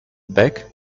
back